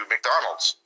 McDonald's